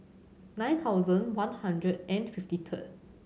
nine thousand one hundred and fifty third